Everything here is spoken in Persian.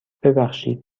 ببخشید